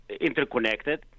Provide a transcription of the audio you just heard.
interconnected